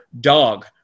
dog